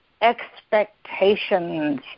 expectations